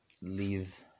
leave